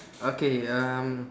okay um